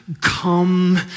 come